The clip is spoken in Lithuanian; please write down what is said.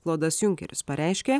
klodas junkeris pareiškė